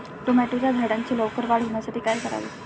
टोमॅटोच्या झाडांची लवकर वाढ होण्यासाठी काय करावे?